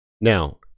Now